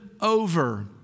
over